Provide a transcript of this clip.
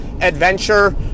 adventure